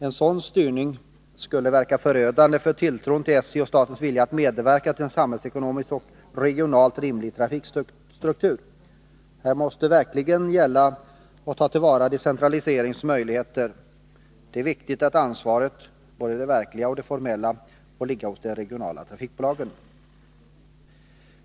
En sådan styrning skulle verka förödande för tilltron till SJ och statens vilja att medverka till en samhällsekonomiskt och regionalt rimlig trafikstruktur. Här måste verkligen gälla att ta till vara decentraliseringens möjligheter. Det är viktigt att ansvaret — både det verkliga och det formella — får ligga hos de regionala trafikbolagen.